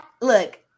look